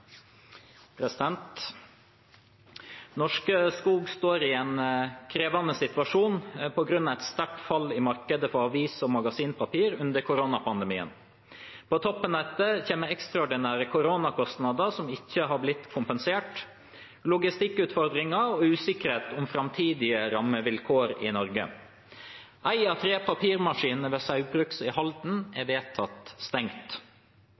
Skog står i en krevende situasjon på grunn av et sterkt fall i markedet for avis- og magasinpapir under koronapandemien. På toppen av dette kommer ekstraordinære koronakostnader som ikke har blitt kompensert, logistikkutfordringer og usikkerhet om framtidige rammevilkår i Norge. Én av tre papirmaskiner ved Saugbrugs i Halden